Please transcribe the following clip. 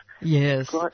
Yes